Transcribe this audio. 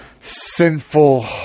sinful